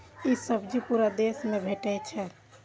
ई सब्जी पूरा देश मे भेटै छै